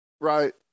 Right